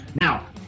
Now